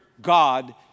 God